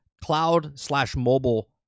cloud-slash-mobile